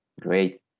Great